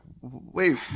wait